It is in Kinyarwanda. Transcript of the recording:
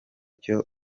cyo